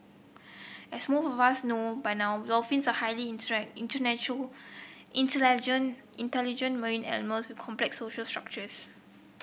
as most of us know by now dolphins are highly internet intelligent marine animals with complex social structures